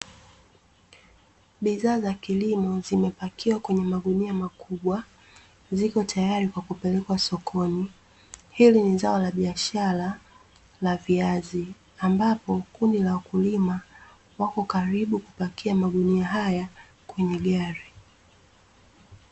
Bidhaa za kilimo zimepakiwa kwenye magunia makubwa, ziko tayari kwa kupelekwa sokoni. Hili ni zao la biashara la viazi, ambapo kundi la wakulima wako karibu kupakia magunia haya kwenye gari.